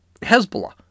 Hezbollah